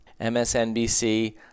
MSNBC